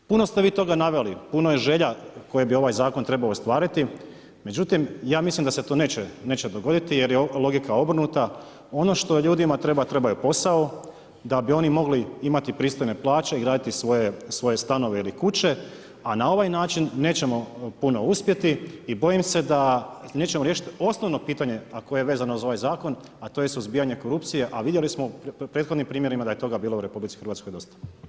Puno ste vi toga naveli, puno je želja koje bi ovaj zakon trebao ostvariti, međutim ja mislim da se to neće dogoditi jer je logika obrnuta, ono što ljudima treba, trebaju posao da bi oni mogli imati pristojne plaće i graditi svoje stanove ili kuće a na ovaj način nećemo puno uspjeti i bojim se da nećemo riješiti osnovno pitanje a koje je vezano za ovaj zakon a to je suzbijanje korupcije a vidjeli smo u prethodnim primjerima da je toga bilo u RH dosta.